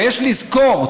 ויש לזכור,